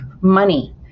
money